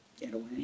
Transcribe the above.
Getaway